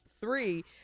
three